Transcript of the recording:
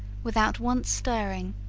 without once stirring,